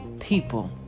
people